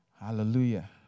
Hallelujah